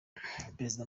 perezida